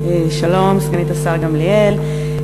שלום, סגנית השר גמליאל.